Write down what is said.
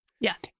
yes